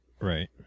Right